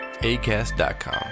ACAST.com